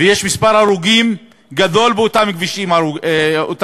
ויש מספר הרוגים גדול באותם כבישים אדומים.